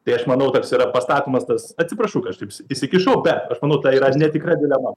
tai aš manau toks yra pastatomas tas atsiprašau kad aš taip įsikišau bet aš manau ta yra netikra dilema